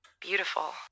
Beautiful